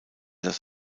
das